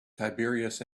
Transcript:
tiberius